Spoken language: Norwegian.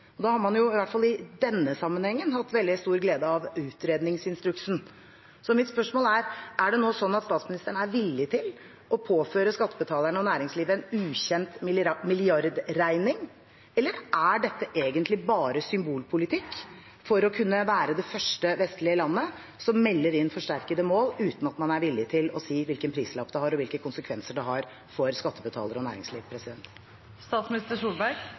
Da har man, i hvert fall i denne sammenheng, hatt veldig stor glede av utredningsinstruksen. Så mitt spørsmål er: Er det nå sånn at statsministeren er villig til å påføre skattebetalerne og næringslivet en ukjent milliardregning? Eller er dette egentlig bare symbolpolitikk for å kunne være det første vestlige landet som melder inn forsterkede mål, uten at man er villig til å si hvilken prislapp det har, og hvilke konsekvenser det har for skattebetalere og næringsliv?